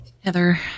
Heather